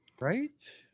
Right